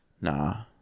Nah